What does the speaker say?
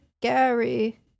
Gary